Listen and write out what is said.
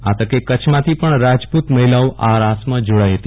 આ તકે કચ્છમાંથી પણ રાજપુત મહિલાઓ આ રાસમાં જોડાઈ હતી